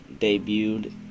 debuted